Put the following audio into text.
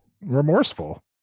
remorseful